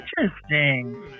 interesting